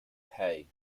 hey